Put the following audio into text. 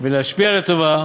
ולהשפיע לטובה